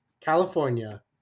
California